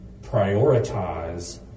prioritize